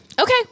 Okay